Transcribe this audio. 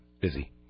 busy